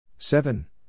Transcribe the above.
Seven